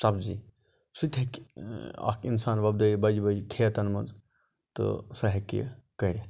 سبزی سُہ تہِ ہیٚکہِ اکھ اِنسان وۄپدٲوِتھ بَجہِ بَجہِ کھیتَن مَنٛز تہٕ سُہ ہیٚکہِ یہِ کٔرِتھ